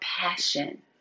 passion